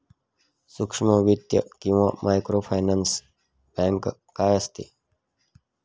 सूक्ष्म वित्त किंवा मायक्रोफायनान्स बँक काय असते?